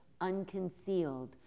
Unconcealed